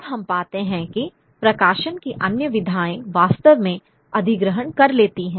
तब हम पाते हैं कि प्रकाशन की अन्य विधाएं वास्तव में अधिग्रहण कर लेती हैं